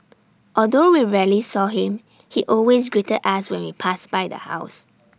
although we rarely saw him he always greeted us when we passed by the house